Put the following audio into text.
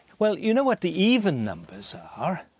well, you know what the even numbers are